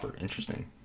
interesting